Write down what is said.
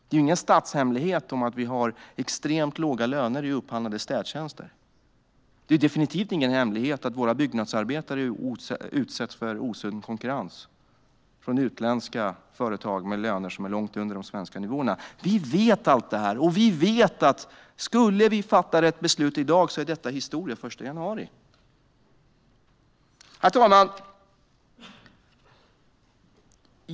Det är ingen statshemlighet att vi har extremt låga löner i upphandlade städtjänster. Det är definitivt ingen hemlighet att våra byggnadsarbetare utsätts för osund konkurrens från utländska företag med löner som är långt under de svenska nivåerna. Vi vet allt detta. Vi vet att skulle vi fatta rätt beslut i dag är detta historia den 1 januari. Herr talman!